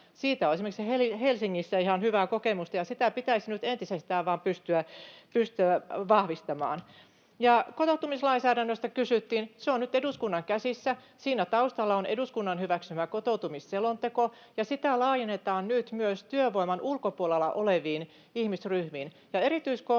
Siitä on esimerkiksi Helsingissä ihan hyvää kokemusta, ja sitä pitäisi nyt entisestään vain pystyä vahvistamaan. Kotoutumislainsäädännöstä kysyttiin. Se on nyt eduskunnan käsissä. Siinä taustalla on eduskunnan hyväksymä kotoutumisselonteko, ja sitä laajennetaan nyt myös työvoiman ulkopuolella oleviin ihmisryhmiin.